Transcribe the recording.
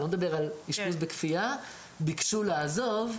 אני לא מדבר על אשפוז בכפייה ביקשו לעזוב,